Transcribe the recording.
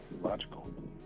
logical